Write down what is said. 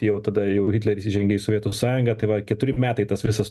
jau tada jau hitleris įžengė į sovietų sąjungą tai va keturi metai tas visas